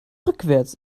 rückwärts